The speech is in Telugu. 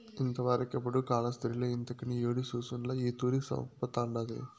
ఇంతవరకెపుడూ కాలాస్త్రిలో ఇంతకని యేడి సూసుండ్ల ఈ తూరి సంపతండాది